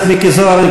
חבר הכנסת מיקי זוהר,